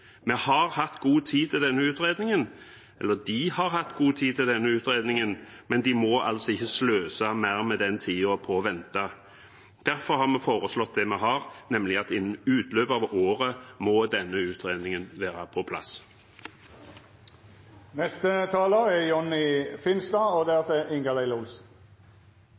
De har hatt god tid til å gjøre denne utredningen, men de må ikke sløse mer med tiden ved å vente. Derfor har vi foreslått det vi har, nemlig at innen utløpet av året må denne utredningen være på plass. Denne saken handler ikke om å være for eller imot Vinmonopolet, som flere har vært inne på. Det